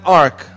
ark